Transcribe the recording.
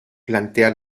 plantea